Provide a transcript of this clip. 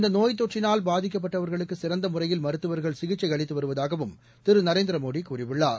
இந்த நோய் தொற்றினால் பாதிக்கப்பட்டவர்களுக்கு சிறந்த முறையில் மருத்துவர்கள் சிகிச்சை அளித்து வருவதாகவும் திரு நரேந்திரமோடி கூறியுள்ளார்